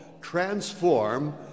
transform